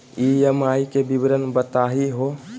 EMI के विवरण बताही हो?